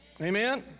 Amen